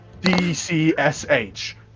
D-C-S-H